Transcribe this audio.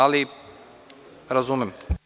Ali, razumem.